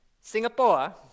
Singapore